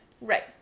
right